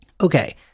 Okay